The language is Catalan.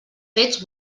fets